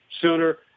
sooner